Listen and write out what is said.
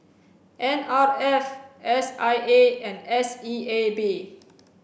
N R F S I A and S E A B